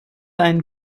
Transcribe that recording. einen